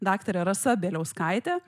daktarė rasa bieliauskaitė